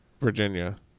Virginia